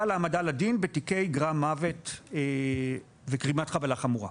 להעמדה לדין בתיקי גרם מוות וגרימת חבלה חמורה.